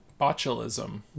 botulism